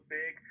big